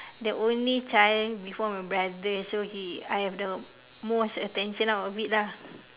the only child before my brother so he I have the most attention out of it lah